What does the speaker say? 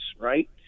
right